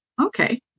Okay